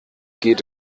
geht